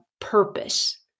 purpose